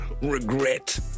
regret